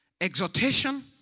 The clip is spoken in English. exhortation